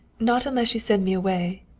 not unless you send me away,